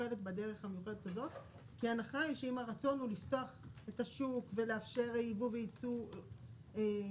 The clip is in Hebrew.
כי ההנחה היא שאם הרצון הוא לפתוח את השוק ולאפשר ייבוא וייצור מלאים,